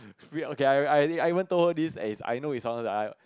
free okay I I I even told her this as in I know it sounded like